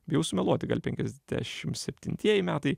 bijau sumeluoti gal penkiasdešim septintieji metai